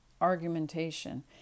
argumentation